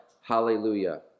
hallelujah